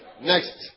Next